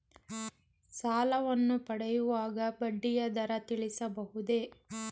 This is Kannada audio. ಸಾಲವನ್ನು ಪಡೆಯುವಾಗ ಬಡ್ಡಿಯ ದರ ತಿಳಿಸಬಹುದೇ?